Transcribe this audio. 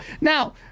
now